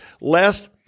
lest